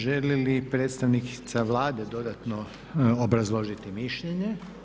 Želi li predstavnica Vlade dodatno obrazložiti mišljenje?